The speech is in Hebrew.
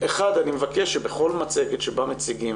אני מבקש שבכל מצגת שבה מציגים,